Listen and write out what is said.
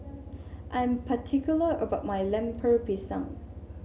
I'm particular about my Lemper Pisang